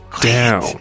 down